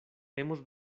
hemos